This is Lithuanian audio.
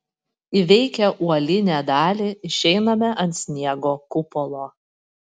įveikę uolinę dalį išeiname ant sniego kupolo